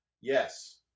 Yes